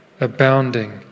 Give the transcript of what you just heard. abounding